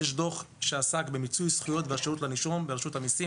יש דוח שעסק בנושא מיצוי זכויות והשירות לנישום ברשות המיסים,